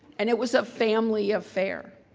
and it was a family affair.